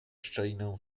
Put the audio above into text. szczelinę